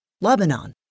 Lebanon